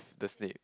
the Snape